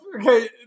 Okay